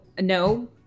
No